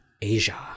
Asia